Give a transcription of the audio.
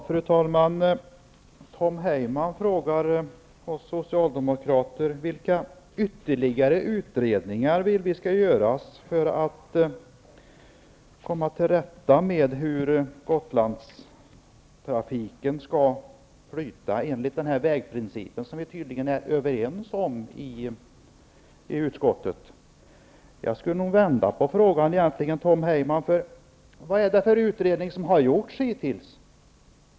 Fru talman! Tom Heyman frågar oss socialdemokrater vilka ytterligare utredningar vi vill skall göras för att se till att Gotlandstrafiken skall flyta enligt den vägprincip som vi tydligen är överens om i utskottet. Jag skulle vilja vända på frågan, Tom Heyman. Vad är det för utredning som hittills har gjorts?